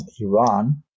Iran